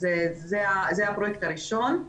זה הפרויקט הראשון.